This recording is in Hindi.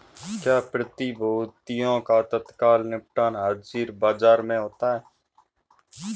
क्या प्रतिभूतियों का तत्काल निपटान हाज़िर बाजार में होता है?